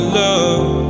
love